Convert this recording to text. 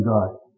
God